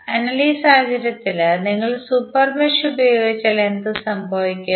അതിനാൽ ഈ സാഹചര്യത്തിൽ നിങ്ങൾ സൂപ്പർ മെഷ് ഉപയോഗിച്ചാൽ എന്ത് സംഭവിക്കും